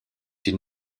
une